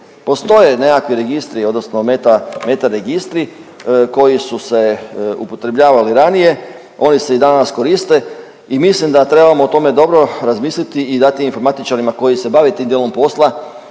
Postoje nekakvi registri odnosno meta, meta registri koji su se upotrebljavali ranije ovi se i danas koriste i mislim da trebamo o tome dobro razmisliti i dati informatičarima koji se bave tim dijelom posla